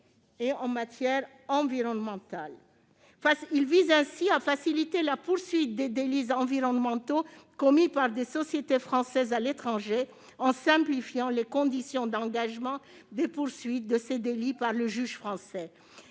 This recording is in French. à la matière environnementale. Son objectif est de faciliter la poursuite des délits environnementaux commis par des sociétés françaises à l'étranger, en simplifiant les conditions d'engagement des poursuites de ces délits par le juge français